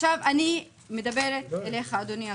אני מדברת אליך אדוני השר,